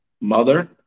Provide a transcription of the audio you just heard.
mother